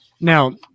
Now